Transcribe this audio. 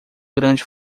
grande